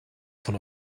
von